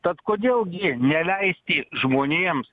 tad kodėl gi neleisti žmonėms